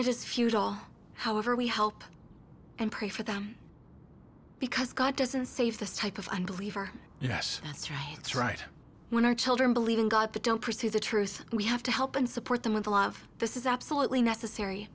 it is futile however we help and pray for them because god doesn't save this type of unbeliever yes that's right it's right when our children believe in god but don't pursue the truth we have to help and support them with love this is absolutely necessary